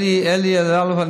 אלי אלאלוף,